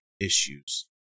issues